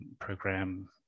program